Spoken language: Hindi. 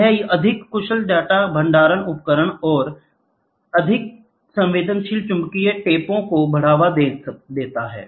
यह अधिक कुशल डेटा भंडारण उपकरणों और अधिक संवेदनशील चुंबकीय टेपों को बढ़ावा देता है